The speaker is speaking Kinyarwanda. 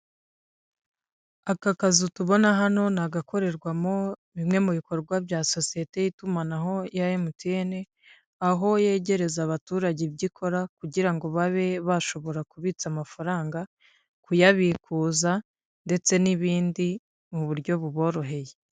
Aka kazu tubona hano ni agakorerwamo bimwe mu bikorwa bya sosiyete y'itumanaho ya MTN, aho yegereza abaturage ibyo ikora, kugira ngo babe bashobora kubitsa amafaranga, kuyabikuza ndetse n'ibindi mu buryo buboroheye.